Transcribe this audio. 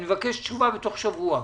אני מבקש תשובה בתוך שבוע.